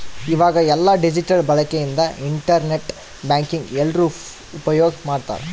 ಈವಾಗ ಎಲ್ಲ ಡಿಜಿಟಲ್ ಬಳಕೆ ಇಂದ ಇಂಟರ್ ನೆಟ್ ಬ್ಯಾಂಕಿಂಗ್ ಎಲ್ರೂ ಉಪ್ಯೋಗ್ ಮಾಡ್ತಾರ